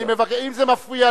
אני מבקש.